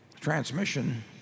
transmission